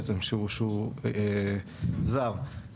שהוא זר,